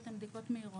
הן בדיקות מהירות,